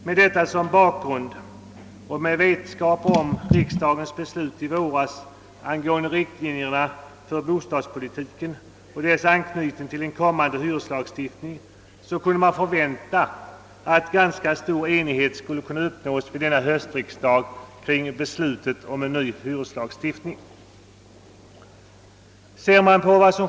Med detta som bakgrund och med vetskap om riksdagens beslut i våras angående riktlinjer för bostadspolitiken och dess anknytning till en kommande hyreslagstiftning kunde man förvänta, att vid denna höstriksdag ganska stor enighet skulle kunna uppnås kring beslutet om en ny hyreslagstiftning.